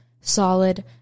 solid